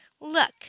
Look